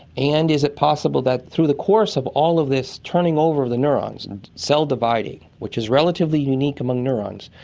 and is it possible that through the course of all of this turning over of the neurons and cell dividing, which is relatively unique among neurons,